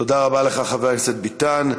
תודה רבה לך, חבר הכנסת ביטן.